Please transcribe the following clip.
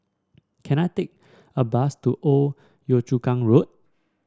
can I take a bus to Old Yio Chu Kang Road